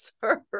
sir